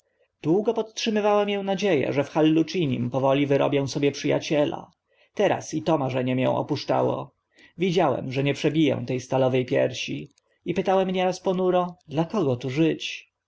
długo podtrzymywała mię nadzie a że w hallucinim powoli wyrobię sobie przy aciela teraz i to marzenie mię opuszczało widziałem że nie przebiję te stalowe piersi i pytałem nieraz ponuro dla kogo tu żyć